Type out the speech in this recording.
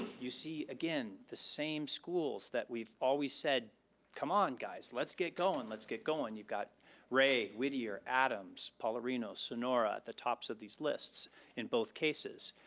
you see again, the same schools that we've always said come on guys, let's get going. let's get going. you've got rea, whittier, adams, paularino, sonora, the tops of these lists in both cases.